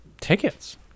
tickets